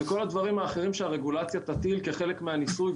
וכל דבר אחר שהרגולציה תטיל כחלק מהניסוי,